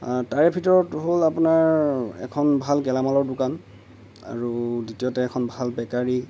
তাৰে ভিতৰত হ'ল আপোনাৰ এখন ভাল গেলামালৰ দোকান আৰু দ্বিতীয়তে এখন ভাল বেকাৰী